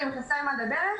עם מכנסיים עד הברך